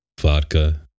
vodka